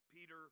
Peter